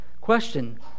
question